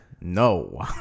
No